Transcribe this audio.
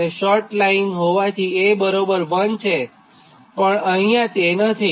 અને short line હોવાથી A 1 છે પણ જે અહિંયા નથી